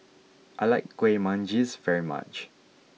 I like Kueh Manggis very much